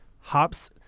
hops